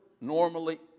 normally